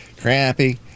Crappy